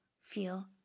feel